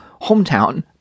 hometown